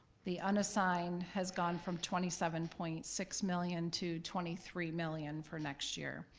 the unassigned has gone from twenty seven point six million to twenty three million for next year.